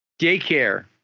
daycare